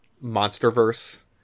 monster-verse